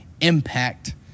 impact